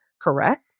correct